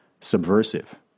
subversive